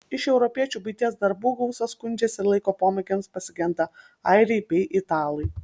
iš europiečių buities darbų gausa skundžiasi ir laiko pomėgiams pasigenda airiai bei italai